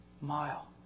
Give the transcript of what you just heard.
mile